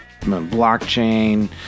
blockchain